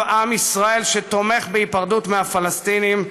עם ישראל שתומך בהיפרדות מן הפלסטינים,